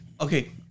okay